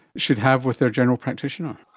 should have with their general practitioner?